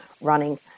running